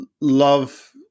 love